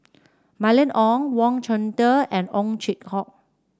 Mylene Ong Wang Chunde and Ow Chin Hock